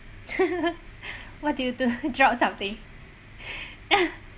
what do you do draw out something